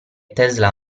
tesla